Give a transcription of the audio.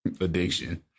Addiction